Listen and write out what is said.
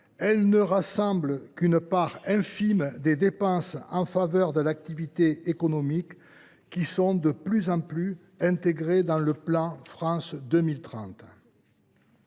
Elle ne rassemble qu’une part infime des dépenses en faveur de l’activité économique, de plus en plus intégrées dans le plan France 2030.